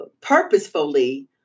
purposefully